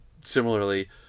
similarly